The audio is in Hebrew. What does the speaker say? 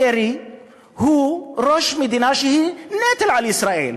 קרי הוא ראש מדינה שהיא נטל על ישראל,